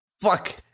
Fuck